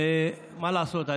ומה לעשות,